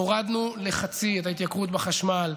הורדנו לחצי את ההתייקרות בחשמל,